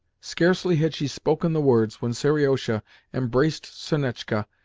scarcely had she spoken the words when seriosha embraced sonetchka,